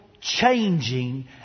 changing